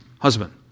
Husband